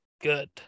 good